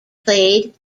played